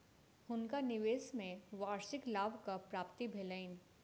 हुनका निवेश में वार्षिक लाभक प्राप्ति भेलैन